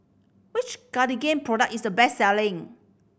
which Cartigain product is the best selling